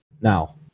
now